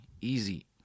easy